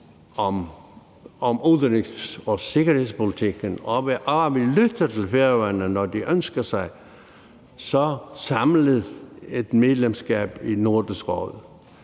om udenrigs- og sikkerhedspolitikken, og at vi lytter til Færøerne, når de ønsker sig så samlet et medlemskab i Nordisk Råd